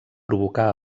provocar